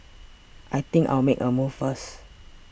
I think I'll make a move first